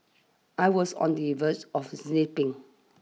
I was on the verge of snapping